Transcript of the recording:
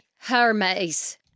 Hermes